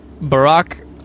Barack